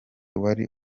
wari